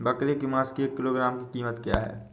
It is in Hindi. बकरे के मांस की एक किलोग्राम की कीमत क्या है?